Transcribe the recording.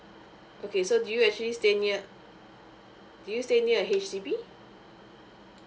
okay so do you actually stay near do you stay near H_D_B